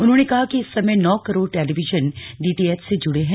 उन्होंने कहा कि इस समय नौ करोड़ टेलीविजन डीटीएच से जुड़े हैं